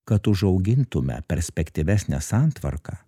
kad užaugintume perspektyvesnę santvarką